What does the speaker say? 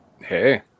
Hey